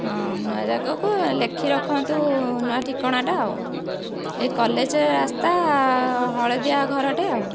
ହଁ ନୂଆ ଜାଗାକୁ ଲେଖି ରଖନ୍ତୁ ନୂଆ ଠିକଣାଟା ଆଉ ହେଇ କଲେଜ ରାସ୍ତା ହଳଦିଆ ଘରଟେ ଆଉ